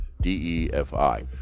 D-E-F-I